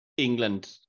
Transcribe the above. England